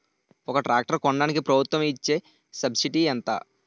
ఒక ట్రాక్టర్ కొనడానికి ప్రభుత్వం ఇచే సబ్సిడీ ఎంత?